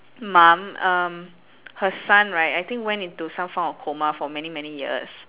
mum um her son right I think went into some form of coma for many many years